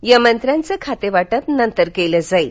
या मंत्र्याचं खातेवाटप नंतर केलं जाईल